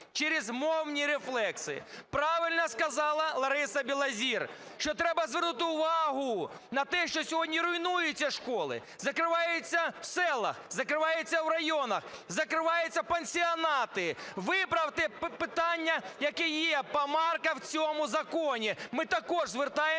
через мовні рефлекси. Правильно сказала Лариса Білозір, що треба звернути увагу на те, що сьогодні руйнуються школи, закриваються в селах, закриваються в районах, закриваються пансіонати. Виправте питання, яке є, помарка в цьому законі. Ми також звертаємося